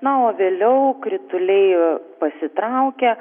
na o vėliau krituliai pasitraukė